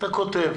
אתה כותב